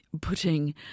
putting